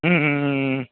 ம் ம் ம்